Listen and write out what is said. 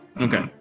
Okay